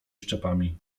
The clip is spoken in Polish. szczepami